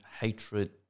hatred